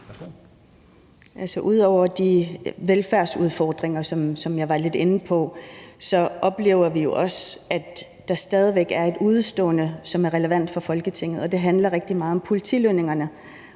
Ud over de velfærdsudfordringer, som jeg var lidt inde på, oplever vi jo også, at der stadig væk er et udestående, som er relevant for Folketinget, og det handler rigtig meget om politilønningerne,